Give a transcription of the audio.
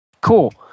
cool